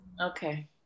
okay